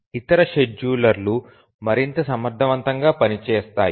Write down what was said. ఇతర షెడ్యూలర్లు మరింత సమర్థవంతంగా పనిచేస్తాయి